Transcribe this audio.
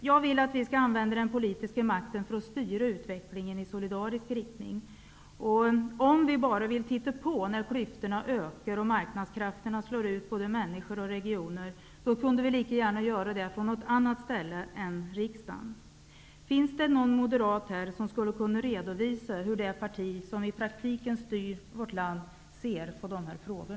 Jag vill att vi skall använda den politiska mak ten till att styra utvecklingen i riktning mot solida ritet. Om vi föredrar att bara titta på när klyftorna ökar och marknadskrafterna slår ut både männi skor och regioner, kan vi göra det på något annat ställe än i riksdagen. Finns det någon moderat här som skulle kunna redovisa hur det parti som i praktiken styr vårt land ser på dessa frågor?